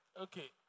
Okay